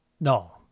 No